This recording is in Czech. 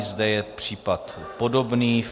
Zde je případ podobný.